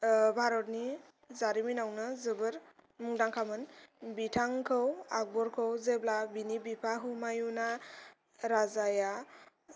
भारतनि जारिमिनावनो जोबोर मुंदांखामोन बिथांखौ आकबरखौ जेब्ला बिनि बिफा हुमायुना राजाया